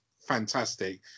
fantastic